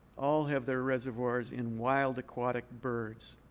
all have their reservoirs in wild aquatic birds.